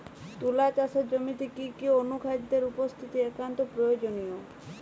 তুলা চাষের জমিতে কি কি অনুখাদ্যের উপস্থিতি একান্ত প্রয়োজনীয়?